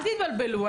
אל תתבלבלו,